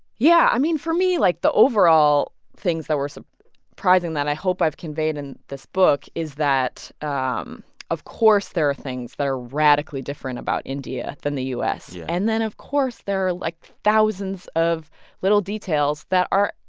yeah. i mean, for me, like, the overall things that were so surprising that i hope i've conveyed in this book is that, um of course, there are things that are radically different about india than the u s yeah and then, of course, there are, like, thousands of little details that are,